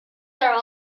are